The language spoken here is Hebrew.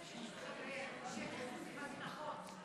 צריך לעשות את זה בתכנון סביבתי נכון.